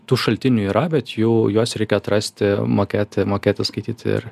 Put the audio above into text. tų šaltinių yra bet jų juos reikia atrasti mokėti mokėti skaityti ir